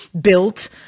built